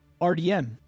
rdm